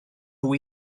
nhw